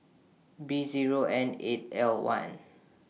B Zero N eight L one